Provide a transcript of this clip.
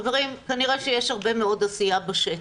חברים, כנראה שיש הרבה מאוד עשייה בשטח.